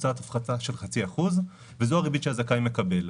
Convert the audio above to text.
מבוצעת הפחתה של חצי אחוז וזו הריבית שהזכאי מקבל.